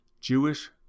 Jewish